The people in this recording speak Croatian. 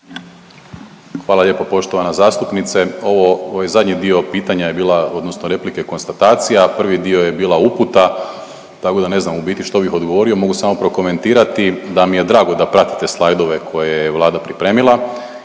Hvala lijepo poštovana zastupnice, ovo, ovaj zadnji dio pitanja je bila odnosno replike konstatacija, a prvi dio je bila uputa tako da ne znam u biti što bih odgovorio mogu samo prokomentirati da mi je drago da pratite slajdove koje je Vlada pripremila